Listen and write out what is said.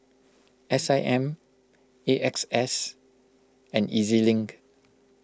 S I M A X S and E Z Link